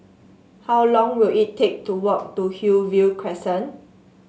how long will it take to walk to Hillview Crescent